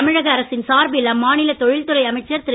தமிழக அரசின் சார்பில் அம்மாநில தொழில்துறை அமைச்சர் திரு